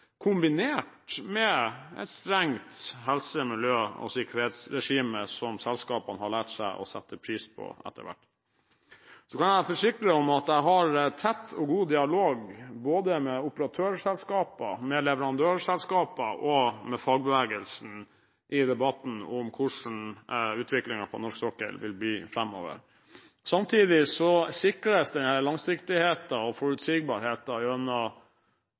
kombinert med et strengt helse-, miljø- og sikkerhetsregime som selskapene har lært seg å sette pris på etter hvert. Jeg kan forsikre om at jeg har en tett og god dialog både med operatørselskaper, med leverandørselskaper og med fagbevegelsen i debatten om hvordan utviklingen på norsk sokkel vil bli framover. Samtidig sikres denne langsiktigheten og forutsigbarheten gjennom